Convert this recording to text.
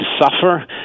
suffer